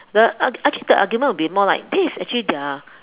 the ar~ actually the argument will be more like this is actually their